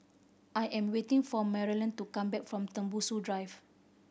I am waiting for Maralyn to come back from Tembusu Drive